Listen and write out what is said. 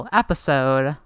episode